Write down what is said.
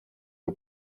kui